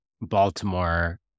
Baltimore